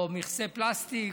או מכסה פלסטיק,